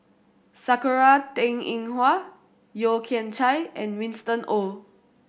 Sakura Teng Ying Hua Yeo Kian Chye and Winston Oh